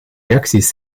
reacties